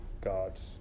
gods